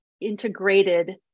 integrated